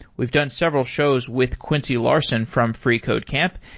we've done several shows with quincy larson from freecodecamp,